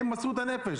הם מוסרים את הנפש,